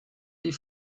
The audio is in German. die